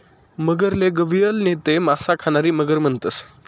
मगरले गविअल नैते मासा खानारी मगर म्हणतंस